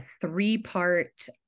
three-part